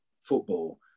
football